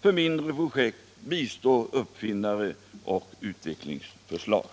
för mindre projekt bistå uppfinnare och utvecklingsförslag?